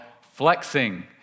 flexing